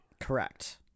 correct